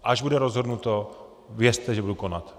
Až bude rozhodnuto, věře, že budu konat.